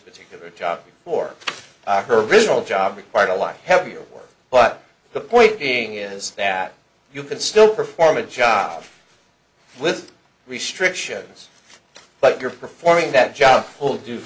particular job for her original job required a lot heavier work but the point being is that you can still perform a job with restrictions but you're performing that job all do